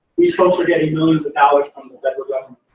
these folks are getting millions of dollars from the federal government.